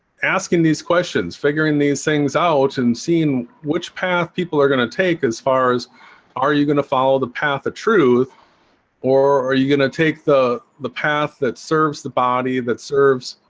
asking these questions figuring these things out and seeing which people are gonna take as far as are you gonna follow the path of truth or are you gonna take the the path that serves the body that serves,